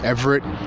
Everett